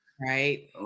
Right